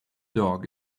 dog